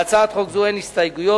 להצעת חוק זו אין הסתייגויות.